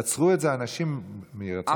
יצרו את זה אנשים ממקום טוב.